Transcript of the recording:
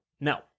No